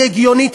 היא הגיונית,